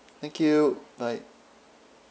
thank you bye